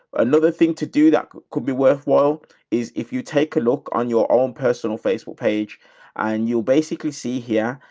another thing to do that could be worthwhile is if you take a look on your own personal facebook page and you'll basically see here,